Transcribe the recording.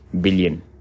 billion